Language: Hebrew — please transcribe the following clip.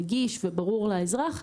נגיש וברור לאזרח.